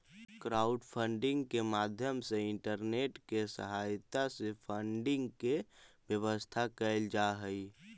crowdfunding के माध्यम से इंटरनेट के सहायता से फंडिंग के व्यवस्था कैल जा हई